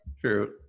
true